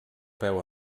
peu